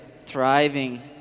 thriving